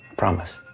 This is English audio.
promise,